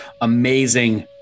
amazing